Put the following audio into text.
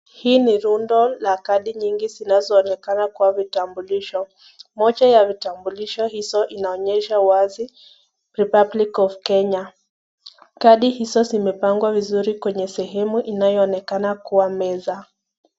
Hii ni rundo la kadi nyingi zinazo onekana kama vitambulisho mmoja ya vitambulisho hizo inaonyesha wazi republic of Kenya kadi hizo zimepangwa vizuri kwenye sehemu inayoonekana kwa meza.